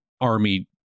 Army